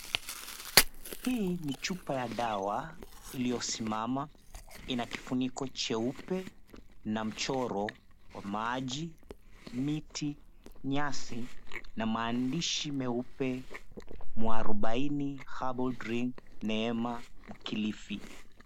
Hili ni chupa ya dawa, iliyosimama. Ina kifuniko cheupe, na mchoro wa maji, miti, nyasi na maandishi meupe, "Mwarobaini Herbal Drink, Neema Kilifi."